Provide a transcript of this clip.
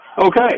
okay